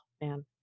man